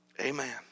Amen